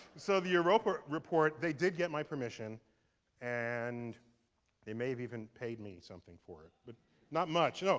so the europa report, they did get my permission and they may have even paid me something for it. but not much. you know